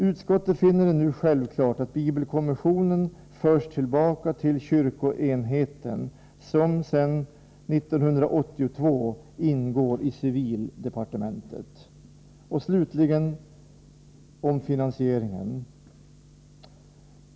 Utskottet finner det nu självklart att bibelkommissionen förs tillbaka till kyrkoenheten, som sedan 1982 ingår i civildepartementet. Slutligen några ord om finansieringen.